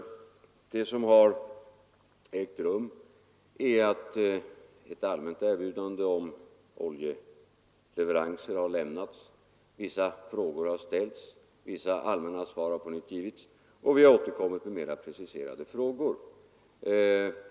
Det som har ägt rum är att ett allmänt erbjudande om oljeleveranser har lämnats. Vissa frågor har ställts, vissa allmänna svar har på nytt givits och vi har återkommit med mera preciserade frågor.